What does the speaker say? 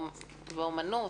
אומנות,